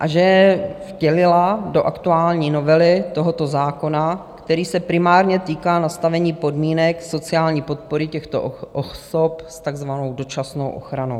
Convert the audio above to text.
a že je vtělila do aktuální novely tohoto zákona, který se primárně týká nastavení podmínek sociální podpory těchto osob s takzvanou dočasnou ochranou.